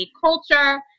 culture